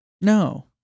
No